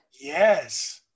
Yes